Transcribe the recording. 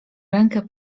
rękę